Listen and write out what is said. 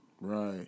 Right